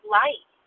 light